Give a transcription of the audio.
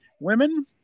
women